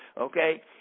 Okay